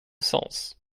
sens